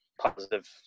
positive